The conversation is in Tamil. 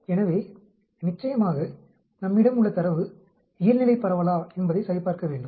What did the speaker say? எனவே நிச்சயமாக நம்மிடம் உள்ள தரவு இயல்நிலைப் பரவலா என்பதை சரிபார்க்க வேண்டும்